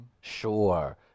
Sure